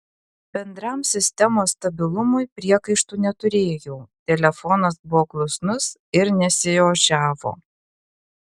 bendram sistemos stabilumui priekaištų neturėjau telefonas buvo klusnus ir nesiožiavo